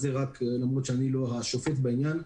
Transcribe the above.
למרות שאני לא שופט בעניין,